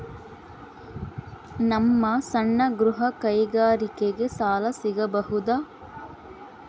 ನಮ್ಮ ಸಣ್ಣ ಗೃಹ ಕೈಗಾರಿಕೆಗೆ ಸಾಲ ಸಿಗಬಹುದಾ?